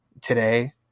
today